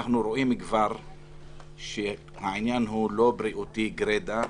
אנחנו רואים כבר שהעניין הוא לא בריאותי גרידא,